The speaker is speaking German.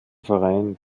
verein